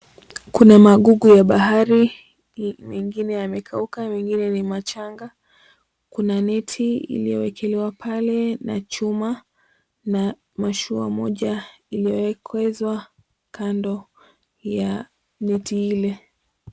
Kuna magugu ya bahari mengine yamekauka na mengine ni machanga. Kuna neti iliyowekelewa pale na chuma na mashua moja iliyowekezwa kando ya neti ile .